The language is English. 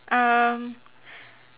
um